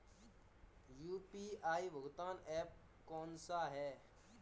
UPI भुगतान app कौन सा है?